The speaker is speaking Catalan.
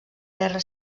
guerra